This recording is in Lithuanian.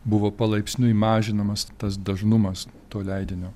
buvo palaipsniui mažinamas tas dažnumas to leidinio